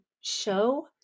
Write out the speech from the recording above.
show